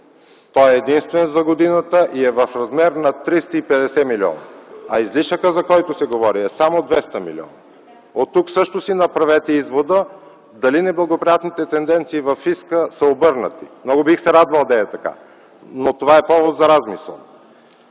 Той е единствен за годината и е в размер на 350 милиона, а излишъкът, за който се говори, е само 200 милиона. Оттук също си направете извода дали неблагоприятните тенденции във фиска са обърнати. Много бих се радвал да е така, но това е повод за размисъл.